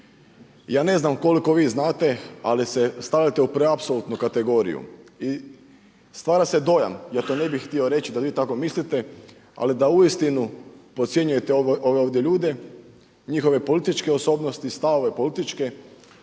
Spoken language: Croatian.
Ja ne znam koliko vi znate ali se stavljate u preapsolutnu kategoriju. I stvara se dojam, ja to ne bih htio reći da vi tako mislite, ali da uistinu podcjenjujete ove ovdje ljude, njihove političke osobnosti i stavove političke,